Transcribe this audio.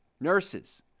nurses